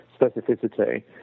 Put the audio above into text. specificity